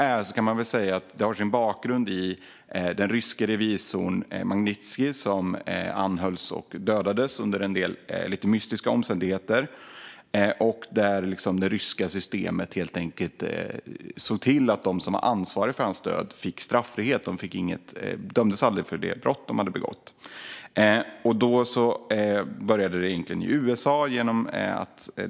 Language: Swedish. Man kan väl säga att detta har sin bakgrund i den ryske revisorn Magnitskij, som anhölls och dödades under lite mystiska omständigheter. Det ryska systemet såg helt enkelt till att de som var ansvariga för hans död fick straffrihet. De dömdes aldrig för det brott de hade begått. Detta började egentligen i USA.